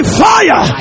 fire